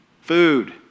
Food